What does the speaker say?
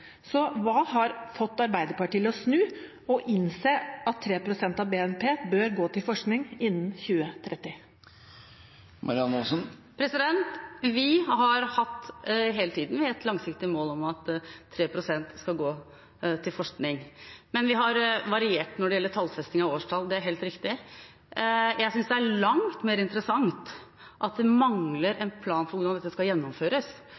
så lenge de er i opposisjon, og det står i skarp kontrast til deres manglende ambisjoner da de selv satt i regjering. Hva har fått Arbeiderpartiet til å snu og innse at 3 pst. av BNP bør gå til forskning innen 2030? Vi har hele tiden hatt et langsiktig mål om at 3 pst. skal gå til forskning, men vi har variert når det gjelder tallfesting av årstall, det er helt riktig. Jeg synes det er langt